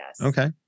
Okay